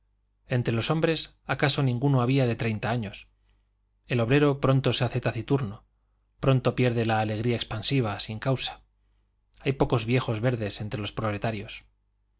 entre los hombres acaso ninguno había de treinta años el obrero pronto se hace taciturno pronto pierde la alegría expansiva sin causa hay pocos viejos verdes entre los proletarios